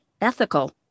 ethical